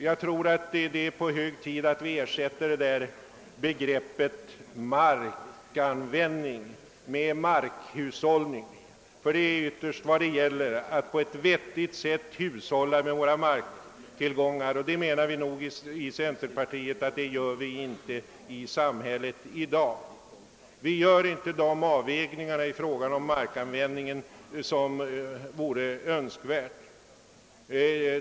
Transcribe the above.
Jag tror att det är på hög tid att vi ersätter begreppet markanvändning med markhushållning, ty det är ytterst vad det gäller: att på ett vettigt sätt hushålla med våra marktillgångar, något som vi i centerpartiet anser att man i dag inte gör. Vi gör inte de önskvärda avvägningarna i fråga om markens användning.